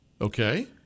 Okay